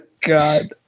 God